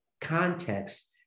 context